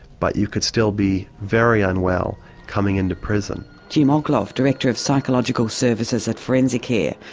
but you could still be very unwell coming into prison. jim ogloff, director of psychological services at forensicare,